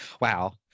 Wow